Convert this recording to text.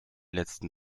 letzten